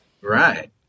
Right